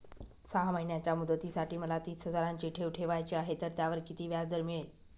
सहा महिन्यांच्या मुदतीसाठी मला तीस हजाराची ठेव ठेवायची आहे, तर त्यावर किती व्याजदर मिळेल?